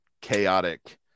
chaotic